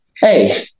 hey